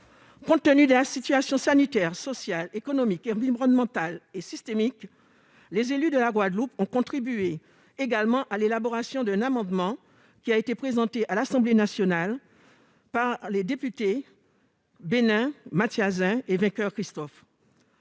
Compte tenu de la situation sanitaire, sociale, économique, environnementale et systémique, les élus de la Guadeloupe ont également contribué à l'élaboration d'un amendement, lequel a été présenté à l'Assemblée nationale par les députés Benin, Mathiasin, Vainqueur-Christophe